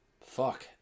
Fuck